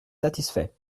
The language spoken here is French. satisfait